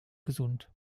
gesund